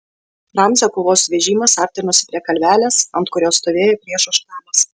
ramzio kovos vežimas artinosi prie kalvelės ant kurios stovėjo priešo štabas